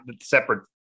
separate